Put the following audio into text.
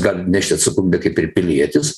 gali nešti atsakomybę kaip ir pilietis